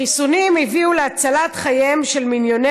החיסונים הביאו להצלת חייהם של מיליוני